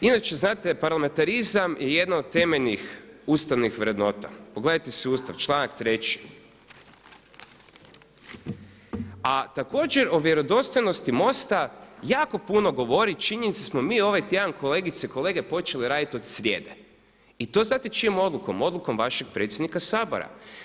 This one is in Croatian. Inače znate parlamentarizam je jedno od temeljni ustavnih vrednota, pogledajte si Ustav članak 3. a također o vjerodostojnosti MOST-a jako puno govori, činjenica da smo mi ovaj tjedan kolegice i kolege počeli raditi od srijede i to znate čijom odlukom, odlukom vašeg predsjednika Sabora.